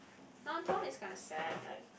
no Tom is kinda sad like